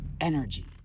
energy